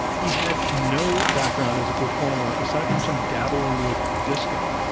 he had no background as a performer aside from some dabbling with disco.